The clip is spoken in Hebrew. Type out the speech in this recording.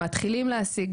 מתחילים להעסיק,